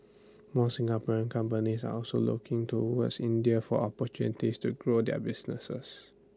more Singapore companies are also looking towards India for opportunities to grow their businesses